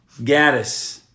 Gaddis